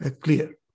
clear